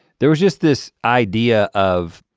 there was just this idea of